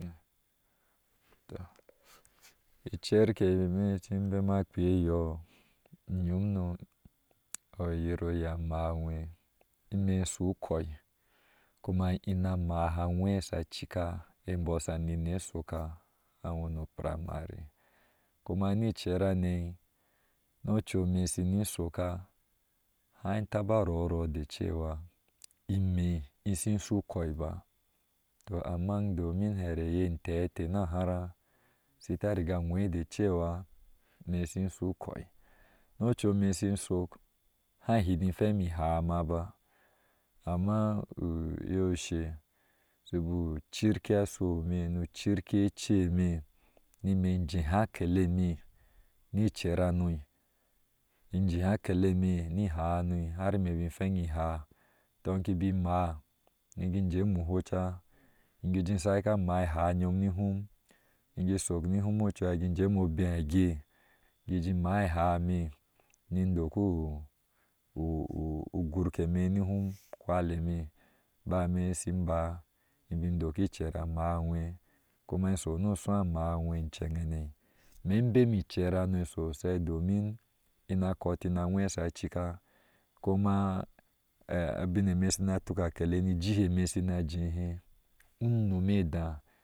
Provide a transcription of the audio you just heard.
Icer keme shi bema kpii eyoo i nyommo oyera maa anwe ime ishu ukoi kuma ina maa anwe sha aika ebɔɔ sha nene a shoka a nwe oprimary kuma ni icer hane nu ocu eme shini shoka hai taba rho orɔɔ de cewa ime ishin ishinshu ukoi ba amman domin here entee teh na hara shita nga nwɛɛi de cewa ime ishi shu u koi nu acu eme shin shok han hudin hwɛnj mi ihaa maba ama iye ushe shubu cirkihe ashu eme. nu cirkihe echeme, ni me jɛɛha akele eme ni kerb hano ijeemi whoca kijin shake amaai ihaai nyom ni ihum nikin shok ni hum ocuhai ikin jɛmɛ obe ageh kijin maa ihaa eme ni doku ugurke me nihum, ukwali eme, bayan eme maa ibin dok icer hano amaa anwe kuma inshoo nu ashuu a maa a nwe iceneŋ hane ime in bemi icer hano shoshai domin ina koti ni agwe sha cika kuma ubin ene shina tuk akelɛɛni iju eme shina jɛɛhɛ unom edaa.